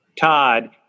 Todd